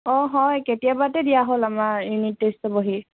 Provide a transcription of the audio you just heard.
অ হয় কেতিয়াবাতে দিয়া হ'ল আমাৰ ইউনিট টেষ্টৰ বহী